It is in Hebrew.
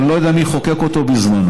אני לא יודע מי חוקק אותו בזמנו,